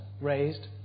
raised